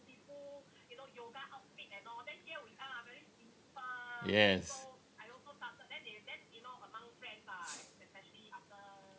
yes